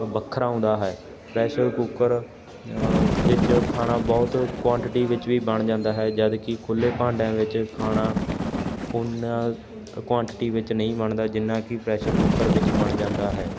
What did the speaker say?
ਵੱਖਰਾ ਆਉਂਦਾ ਹੈ ਪ੍ਰੈਸ਼ਰ ਕੁੱਕਰ ਵਿੱਚ ਖਾਣਾ ਬਹੁਤ ਕੁਆਂਟਿਟੀ ਵਿੱਚ ਵੀ ਬਣ ਜਾਂਦਾ ਹੈ ਜਦ ਕੀ ਖੁੱਲੇ ਭਾਂਡਿਆ ਵਿੱਚ ਖਾਣਾ ਉਨਾ ਕੁਆਂਟਿਟੀ ਵਿੱਚ ਨਹੀਂ ਬਣਦਾ ਜਿੰਨਾ ਕਿ ਪ੍ਰੈਸ਼ਰ ਕੁੱਕਰ ਵਿੱਚ ਬਣ ਜਾਂਦਾ ਹੈ